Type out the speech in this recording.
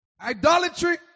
Idolatry